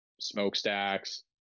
smokestacks